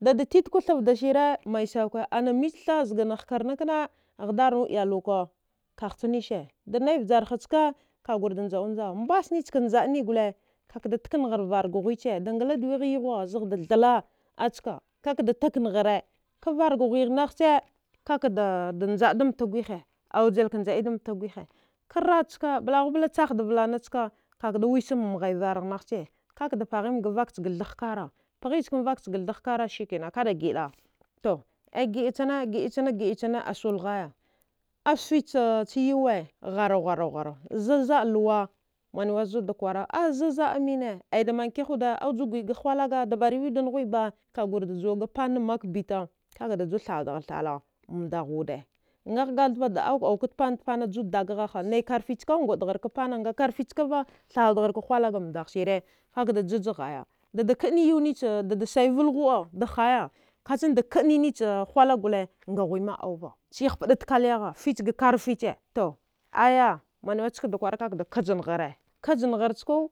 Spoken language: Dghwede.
da tetkeve tha vdasvu mai sauki, and mbici zga hkar ne kana, haduru dyalwa ka, ka kwaru da ndja ndja chi nise, da naya vjara cka ka gwra da ndju nuja, mbasine cha ndja ne, ka kada tineghu vara ga hwe, da ngladawi kha yuhwa zeda t thla acha ka ka da tineghre ka vara ga hwe naha chi ka ka da njda da mta gwihi, a wijil ka njdaya da mta gwihi. Ka kraci nlaghu tsahaya da vlana ski ka wise in haya vara naghaci ka pahmi vka cha thgh kara ski ka da gida ti gida chcana gida cana gida cana ka da sulhal za fici yuwe, haru haru a za zga luwa azudu kware za zga amini ka da mna kigha wude, a ju da gwaya ga ghwalaga, da bari wi wude na ga hwe ba? Ka gwra da juwa da gwaya ka pana mka bita ka ju thladla thla ma da haya wude agha duava gathava da fju thla da dadga ha, ku ɗuɗra bpana, a krafe civa, thladra har hulga ina mbe daha sine, ka ka da dzidza, da sayi vle huɗa ka nici da kinaya nice hwalga a hwe ma duava, sce hapka da klayahaya fici ga fici aya ska da kwara ka da kijinhari kijinaharici.